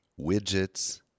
widgets